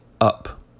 up